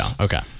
Okay